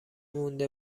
مونده